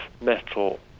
metal